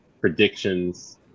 Predictions